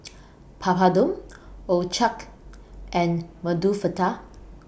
Papadum Ochazuke and Medu Vada